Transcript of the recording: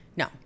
No